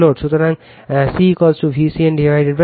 সুতরাং আমি c VCNZ C